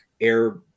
air